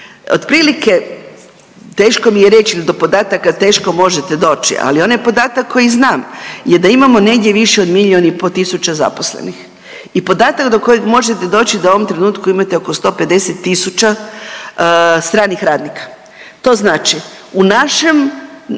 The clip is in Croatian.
otprilike teško mi je reći, jer do podataka teško možete doći ali onaj podatak koji znam je da imamo negdje više od milijun i pol tisuća zaposlenih. I podatak do kojeg možete doći da u ovom trenutku imate oko 150000 stranih radnika. To znači u našem,